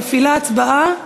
מפעילה הצבעה.